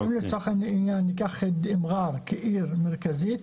אם ניקח את מעא'ר כעיר מרכזית,